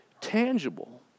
tangible